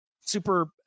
super